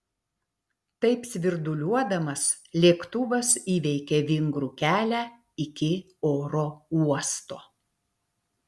taip svirduliuodamas lėktuvas įveikė vingrų kelią iki oro uosto